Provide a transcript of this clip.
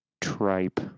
tripe